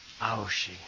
Aoshi